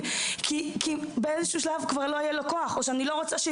כי באיזשהו שלב לא יהיה לו כוח ובגלל שאני לא רוצה שהוא